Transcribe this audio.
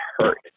hurt